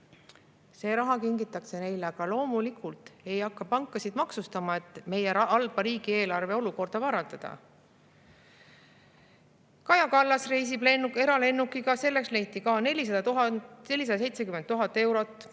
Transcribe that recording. See raha kingitakse neile, aga loomulikult ei hakata pankasid maksustama, et meie halba riigieelarve olukorda parandada. Kaja Kallas reisib eralennukiga, selleks leiti 470 000 eurot.